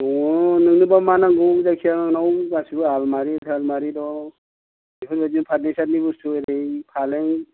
दङ नोंनोबा मा नांगौ जायखिजाया आंनाव गासैबो आलमारि थालमारि दं बेफोरबायदि फार्निसार नि बुस्तु ओरै फालें